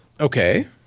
Okay